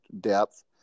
depth